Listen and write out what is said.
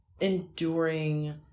enduring